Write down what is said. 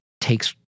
takes